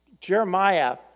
Jeremiah